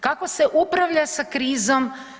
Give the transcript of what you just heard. Kako se upravlja sa krizom?